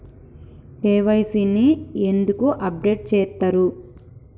KYC ని ఎందుకు update చేత్తరు?